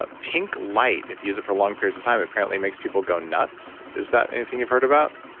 ah pink light if you use it for long periods of time apparently makes people go nuts, is that anything you've heard about?